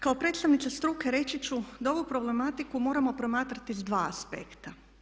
Kao predstavnica struke reći ću da ovu problematiku moramo promatrati s dva aspekta.